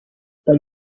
but